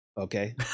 Okay